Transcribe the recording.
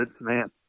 Man